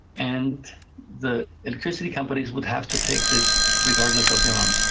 and the electricity companies would have to take this regardless of the amount.